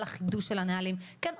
על החידוש של הנהלים וכן,